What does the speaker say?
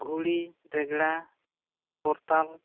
ᱜᱷᱩᱲᱤ ᱨᱮᱜᱽᱲᱟ ᱠᱚᱨᱛᱟᱞ